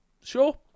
sure